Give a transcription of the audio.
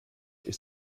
ist